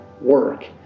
work